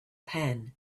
pan